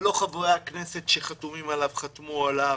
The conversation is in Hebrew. ולא חברי הכנסת שחתומים עליו חתמו עליו,